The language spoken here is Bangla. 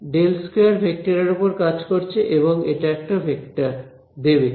∇2 ভেক্টরের উপর কাজ করছে এবং এটা একটা ভেক্টর দেবে